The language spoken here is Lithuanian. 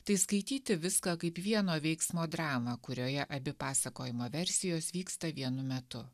tai skaityti viską kaip vieno veiksmo dramą kurioje abi pasakojimo versijos vyksta vienu metu